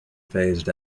phased